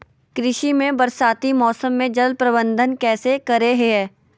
कृषि में बरसाती मौसम में जल प्रबंधन कैसे करे हैय?